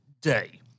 day